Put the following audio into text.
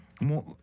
more